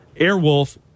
Airwolf